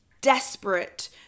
desperate